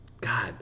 God